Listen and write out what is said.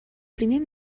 primer